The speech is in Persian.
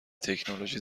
تکنولوژی